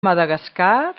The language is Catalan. madagascar